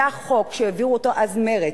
היה חוק, שהעבירו אותו מרצ,